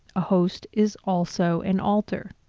a host is also an alter.